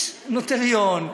יש נוטריון,